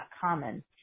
common